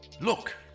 Look